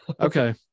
okay